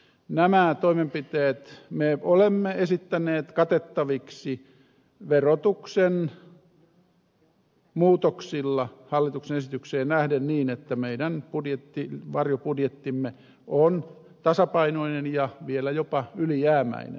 nämä toimenpiteet me olemme esittäneet katettaviksi verotuksen muutoksilla hallituksen esitykseen nähden niin että meidän varjobudjettimme on tasapainoinen ja vielä jopa ylijäämäinen